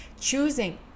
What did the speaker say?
choosing